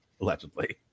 allegedly